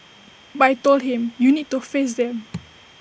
but I Told him you need to face them